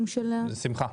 בשמחה.